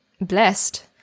blessed